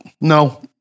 no